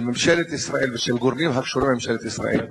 של ממשלת ישראל ושל גורמים הקשורים עם ממשלת ישראל.